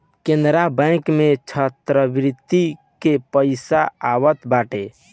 Canara bank में छात्रवृत्ति के पईसा आवत बाटे